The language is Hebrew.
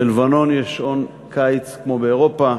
בלבנון יש שעון קיץ כמו באירופה,